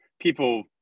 people